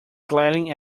glaring